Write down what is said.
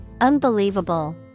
Unbelievable